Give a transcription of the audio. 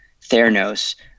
Theranos